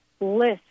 list